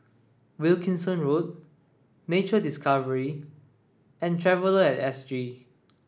wilkinson Road Nature Discovery and Traveller at S G